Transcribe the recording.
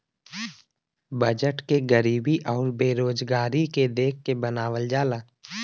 budget के गरीबी आउर बेरोजगारी के देख के बनावल जाला